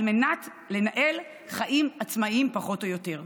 על מנת לנהל חיים עצמאיים פחות או יותר.